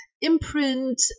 imprint